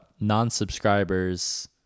non-subscribers